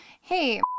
Hey